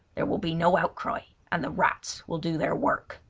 there will be no outcry, and the rats will do their work